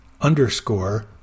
underscore